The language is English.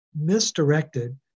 misdirected